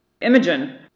Imogen